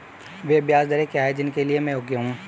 वे ब्याज दरें क्या हैं जिनके लिए मैं योग्य हूँ?